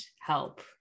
help